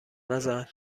نزن